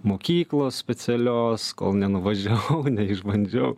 mokyklos specialios kol nenuvažiavau neišbandžiau